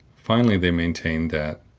finally they maintained that,